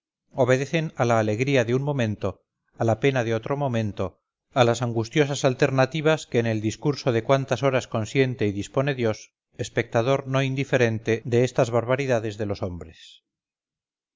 obedecen a la alegría de un momento a la pena de otro momento a las angustiosas alternativas que en el discurso de cuantas horas consiente y dispone dios espectador no indiferente de estas barbaridades de los hombres